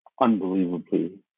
unbelievably